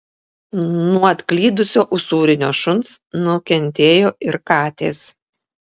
nuo atklydusio usūrinio šuns nukentėjo ir katės